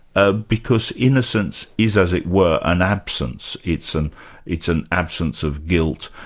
ah because innocence is, as it were, an absence, it's an it's an absence of guilt,